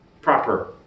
proper